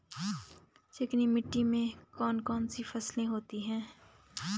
चिकनी मिट्टी में कौन कौन सी फसलें होती हैं?